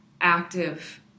active